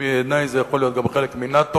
ובעיני זה יכול להיות גם חלק מנאט"ו,